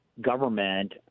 government